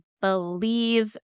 believe